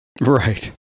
Right